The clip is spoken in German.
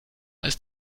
ist